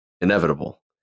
inevitable